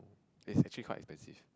it's actually quite expensive